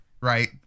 right